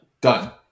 Done